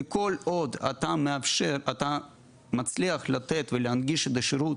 וכול עוד אתה מצליח לתת ולהנגיש בשירות,